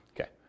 Okay